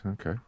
Okay